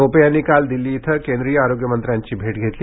टोपे यांनी काल दिल्ली इथं केंद्रीय आरोग्यमंत्र्यांची भेट घेतली